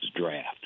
draft